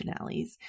finales